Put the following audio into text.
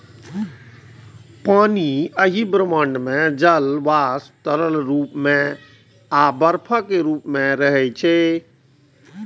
पानि एहि ब्रह्मांड मे जल वाष्प, तरल रूप मे आ बर्फक रूप मे रहै छै